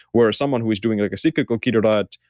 where someone who is doing like a cyclical keto diet,